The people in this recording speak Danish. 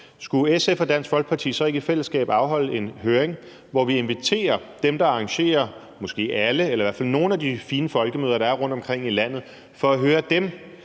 skulle SF og Dansk Folkeparti så ikke i fællesskab afholde en høring, hvor vi inviterer nogle af dem – måske ikke alle – der arrangerer de fine folkemøder, der er rundtomkring i landet, for at høre dem,